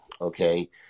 okay